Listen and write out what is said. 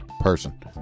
person